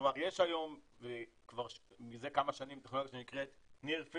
כלומר יש כבר מזה כמה שנים תוכנה שנקראת --- קומיוניקיישן,